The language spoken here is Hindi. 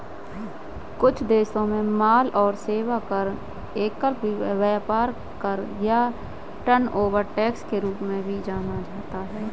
कुछ देशों में माल और सेवा कर, एकल व्यापार कर या टर्नओवर टैक्स के रूप में भी जाना जाता है